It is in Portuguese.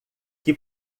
que